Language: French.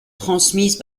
transmise